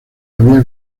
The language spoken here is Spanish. había